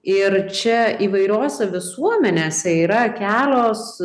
ir čia įvairiose visuomenėse yra kelios